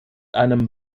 einem